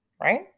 right